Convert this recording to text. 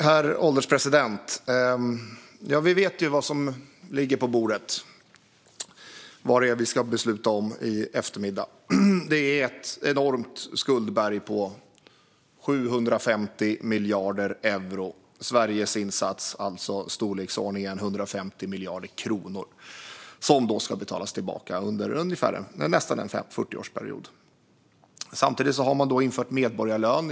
Herr ålderspresident! Vi vet vad som ligger på bordet och vad det är som vi ska besluta om i eftermiddag. Det är ett enormt skuldberg på 750 miljarder euro. Sveriges insats är i storleksordningen 150 miljarder kronor som ska betalas tillbaka under nästan en 40-årsperiod. Samtidigt har Spanien infört medborgarlön.